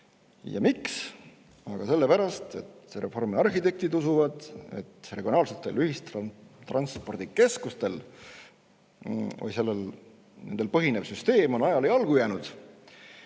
Ja miks? Sellepärast, et reformi arhitektid usuvad, et regionaalsetel ühistranspordikeskustel põhinev süsteem on ajale jalgu jäänud